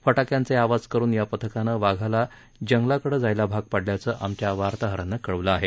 फटाक्यांचे आवाज करून या पथकानं वाघाला जंगलाकडे जायला भाग पाडल्याचं आमच्या वार्ताहरानं कळवलं आहे